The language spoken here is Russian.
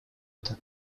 это